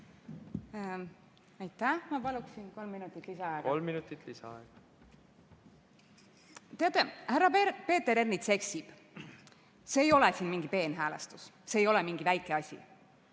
lisaaega. Kolm minutit lisaaega. Teate, härra Peeter Ernits eksib. See ei ole siin mingi peenhäälestus, see ei ole mingi väike asi.